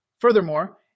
Furthermore